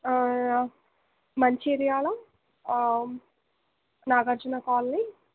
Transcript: Mancherial Nagarjuna colony